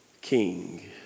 king